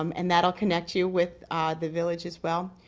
um and that will connect you with the village as well.